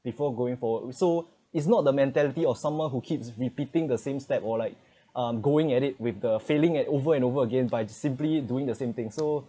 before going forward so it's not the mentality of someone who keeps repeating the same step or like um going at it with the failing at over and over again by simply doing the same thing so